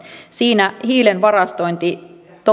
siinä hiilen varastointi